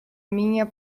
minha